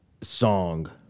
song